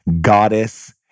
goddess